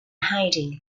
hiding